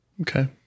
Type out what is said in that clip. Okay